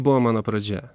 buvo mano pradžia